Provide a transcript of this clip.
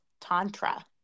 Tantra